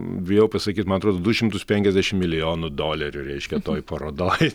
bijau pasakyt man atrodo du šimtus penkiasdešimt milijonų dolerių reiškia toj parodoj